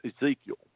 Ezekiel